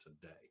today